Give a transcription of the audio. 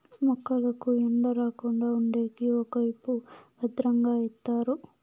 మొక్కలకు ఎండ రాకుండా ఉండేకి పైకప్పు భద్రంగా ఎత్తారు